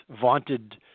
vaunted